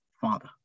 Father